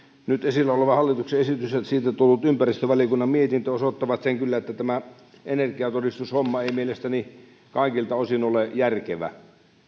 nyt esillä oleva hallituksen esitys ja siitä tullut ympäristövaliokunnan mietintö osoittavat sen kyllä että tämä energiatodistushomma ei mielestäni kaikilta osin ole järkevä